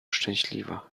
szczęśliwa